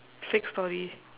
fake story